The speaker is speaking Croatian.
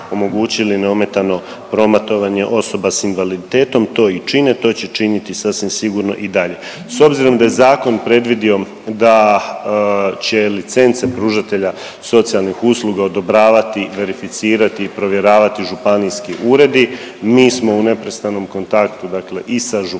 omogućili neometano prometovanje osoba s invaliditetom. To i čine. To će činiti sasvim sigurno i dalje. S obzirom da je zakon predvidio da će licence pružatelja socijalnih usluga odobravati, verificirati i provjeravati županijski uredi mi smo u neprestanom kontaktu dakle i sa županijama